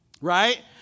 Right